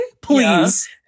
please